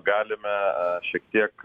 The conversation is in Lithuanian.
galime šiek tiek